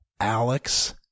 Alex